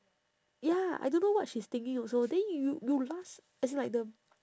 ya I don't know what she's thinking also then you you last as in like the